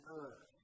earth